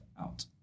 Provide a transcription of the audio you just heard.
out